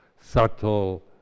subtle